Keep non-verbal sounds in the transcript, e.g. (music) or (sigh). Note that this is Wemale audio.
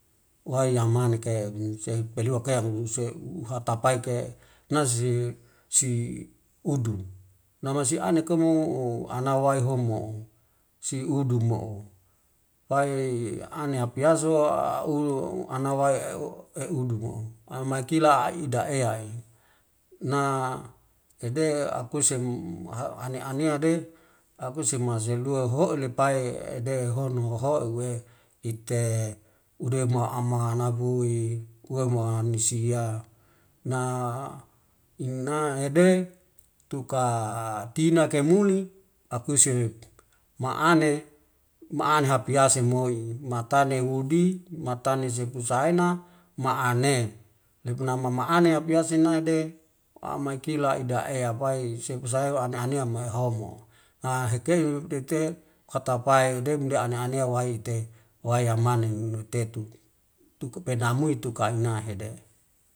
Wai amane kei musen pelua ke amuse muhata pai ke nazisi udun nama si ane komo anawai homo'o si udu mo'o, wai ane apiase u anawae eu eudu mo'omi kila aida'eai, na ede akuse (hesitation) ane neade akuse maselua ho lepai ede hono ohouwe ite ude maama nahu'i uwei ma nisi ya na ede tuka tina kemuli kuse ma ane, ma ane apiase moi matane uwdi, matne sepu sa'aina ma ane (unintelligible) lep nam ma ane apiase naide maikila ida ea bai sepu sahai wa ane anea mai ehomo, a heke detei hata pai ede da ane anea waite wai amane untetu tuk pena mui tuka ina ede'e.